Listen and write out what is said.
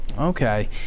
Okay